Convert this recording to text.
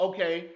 Okay